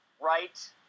Right